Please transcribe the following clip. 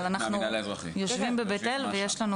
אבל אנחנו יושבים בבית אל ויש לנו,